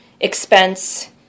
expense